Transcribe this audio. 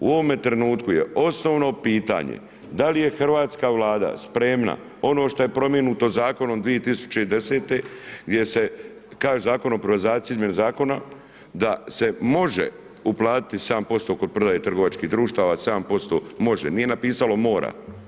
U ovome trenutku je osnovno pitanje da li je hrvatska Vlada spremna ono što je … zakonom 2010. gdje se kaže Zakon o privatizaciji između zakona da se može uplatiti 7% oko prodaje trgovačkih društava, 7% može, nije napisalo mora.